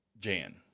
Jan